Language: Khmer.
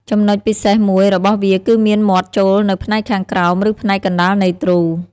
ចំណុចពិសេសមួយរបស់វាគឺមានមាត់ចូលនៅផ្នែកខាងក្រោមឬផ្នែកកណ្តាលនៃទ្រូ។